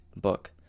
book